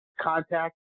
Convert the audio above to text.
contact